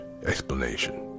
Explanation